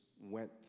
went